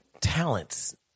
talents